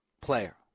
player